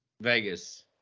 Vegas